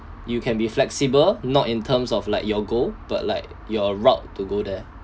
you can be flexible not in terms of like your goal but like your route to go there